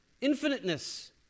infiniteness